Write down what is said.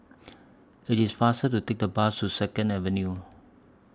IT IS faster to Take The Bus to Second Avenue